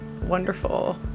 wonderful